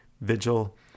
vigil